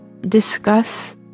discuss